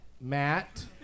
Matt